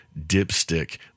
dipstick